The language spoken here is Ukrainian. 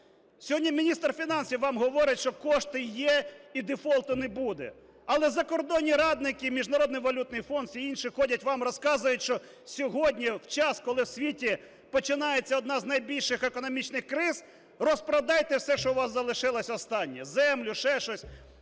Сьогодні міністр фінансів вам говорить, що кошти є і дефолту не буде. Але закордонні радники і Міжнародний валютний фонд, всі інші ходять вам розказують, що сьогодні, в час, коли в світі починається одна з найбільших економічних криз, розпродайте все, що у вас залишилося останнє – землю, ще щось.